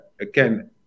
again